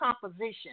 composition